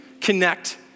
connect